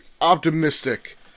optimistic